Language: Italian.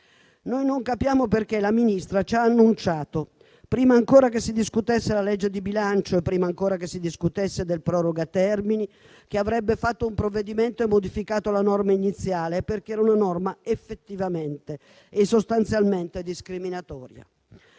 Non capiamo perché la Ministra ci ha annunciato - prima ancora che si discutesse la legge di bilancio e prima ancora che si discutesse del proroga termini - che avrebbe fatto un provvedimento e modificato la norma iniziale, perché era effettivamente e sostanzialmente discriminatoria.